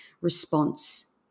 response